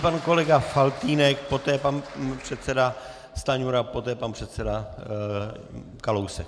Nyní pan kolega Faltýnek, poté pan předseda Stanjura, poté pan předseda Kalousek.